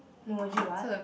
no would you what